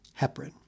heparin